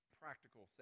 practical